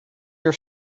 your